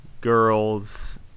girls